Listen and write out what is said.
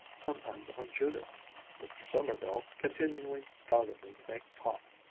sometimes on judith mr. sommerville, continuing doggedly to make talk,